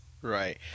Right